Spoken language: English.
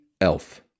Elf